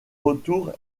retour